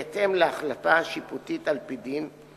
בהתאם להחלטה השיפוטית על-פי דין,